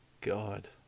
God